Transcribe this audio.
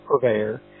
purveyor